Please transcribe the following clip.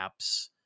apps